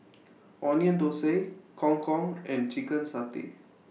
Onion Thosai Gong Gong and Chicken Satay